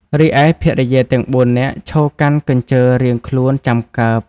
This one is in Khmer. រីឯភរិយាទាំង ៤ នាក់ឈរកាន់កញ្ជើរៀងខ្លួនចាំកើប ។